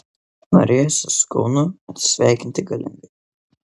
norėjosi su kaunu atsisveikinti galingai